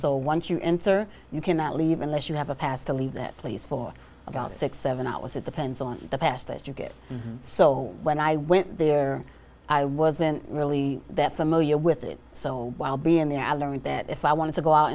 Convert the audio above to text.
so once you enter you cannot leave unless you have a pass to leave that place for about six seven hours it depends on the best you get so when i went there i wasn't really that familiar with it so while being there i learned that if i wanted to go out